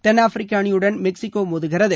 தென்னாப்பிரிக்கா அணியுடன் மெக்ஸிகோ மோதுகிறது